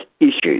issues